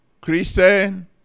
Christian